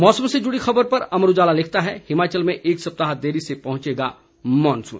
मौसम से जुड़ी खबर पर अमर उजाला लिखता है हिमाचल में एक सप्ताह देरी से पहंचेगा मानसून